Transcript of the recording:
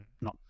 No